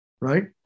right